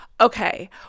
okay